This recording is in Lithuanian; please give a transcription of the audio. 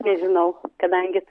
nežinau kadangi